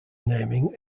naming